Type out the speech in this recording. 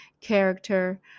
character